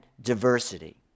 diversity